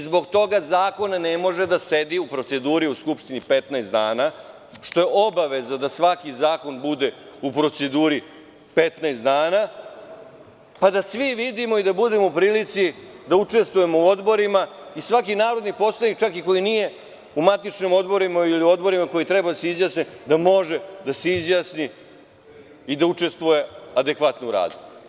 Zbog toga zakon ne može da sedi u proceduri u Skupštini 15 dana, što je obaveza, da svaki zakon bude u proceduri 15 dana, pa da svi vidimo i da budemo u prilici da učestvujemo u odborima, i svaki narodni poslanik, čak i koji nije u matičnim odborima ili odborima koji treba da se izjasne, da može da se izjasni i da učestvuje adekvatno u radu.